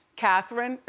catherine. and